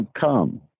come